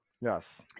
Yes